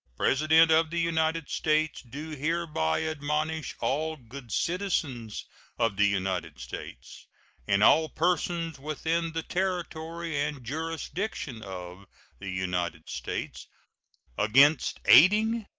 president of the united states, do hereby admonish all good citizens of the united states and all persons within the territory and jurisdiction of the united states against aiding,